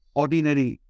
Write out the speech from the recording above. ordinary